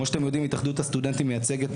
כמו שאתם יודעים התאחדות הסטודנטים מייצגת